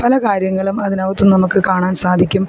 പല കാര്യങ്ങളും അതിനകത്ത് നമുക്കു കാണാൻ സാധിക്കും